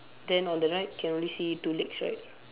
then on the right can only see two legs right